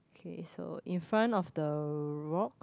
okay so in front of the rock